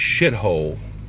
shithole